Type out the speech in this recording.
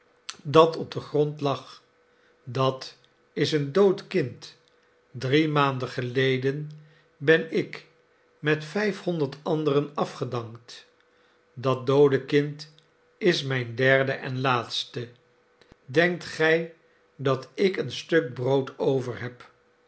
dat op den grond lag dat is een dood kind drie maanden geleden ben ik met vijfhonderd anderen afgedankt dat doode kind is mijn derde en laatste denkt gij dat ik een stuk brood overheb